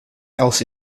else